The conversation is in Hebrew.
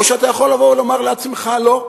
או שאתה יכול לבוא ולומר לעצמך: לא.